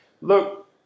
Look